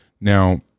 Now